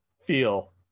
feel